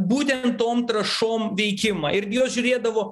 būtent tom trąšom veikimą ir jos žiūrėdavo